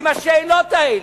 עם השאלות האלה.